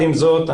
עם זאת,